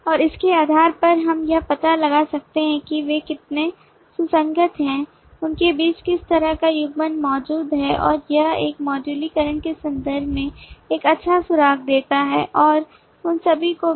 और उसके आधार पर हम यह पता लगा सकते हैं कि वे कितने सुसंगत हैं उनके बीच किस तरह का युग्मन मौजूद है और यह मॉड्यूलरीकरण के संदर्भ में एक अच्छा सुराग देता है और उन सभी को भी